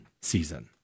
season